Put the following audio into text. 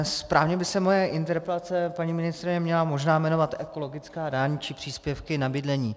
Správně by se moje interpelace, paní ministryně, měla možná jmenovat ekologická daň či příspěvky na bydlení.